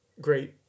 great